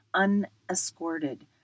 unescorted